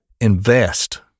Invest